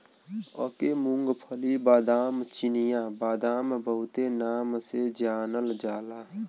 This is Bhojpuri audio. एके मूंग्फल्ली, बादाम, चिनिया बादाम बहुते नाम से जानल जाला